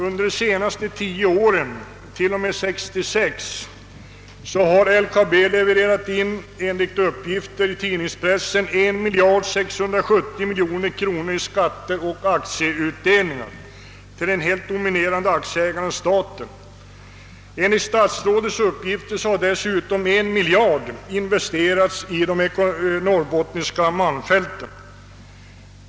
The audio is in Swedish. Under de senaste tio åren, t.o.m. 1966, har LKAB enligt uppgifter i pressen levererat in 1 670 miljoner kronor i skatter och aktieutdelningar till den helt dominerande aktieägaren staten. Enligt statsrådets uppgift har en miljard investerats i de norrbottniska malmfälten.